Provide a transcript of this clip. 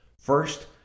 First